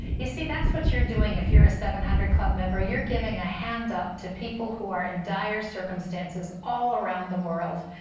you see, that's what you're doing. if you're a seven hundred club member, you're giving a hand-up to people who are in dire circumstances all around the world.